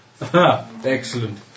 excellent